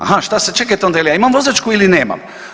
Aha šta sad, čekajte onda, je li ja imam vozačku ili nemam?